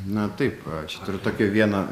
na taip čia turiu tokią vieną